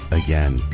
again